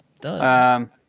Done